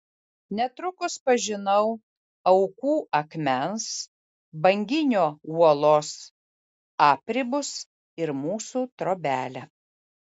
netrukus pažinau aukų akmens banginio uolos apribus ir mūsų trobelę